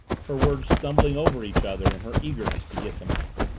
her words stumbling over each other in her eagerness to get them out.